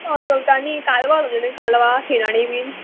हय चलता आनी कालवां कालवां शिनाणी बीन